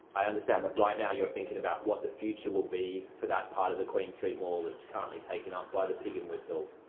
i understand that right now you're thinking about what the future will be for that part of the queen street mall that's currently taken up by the pig n whistle.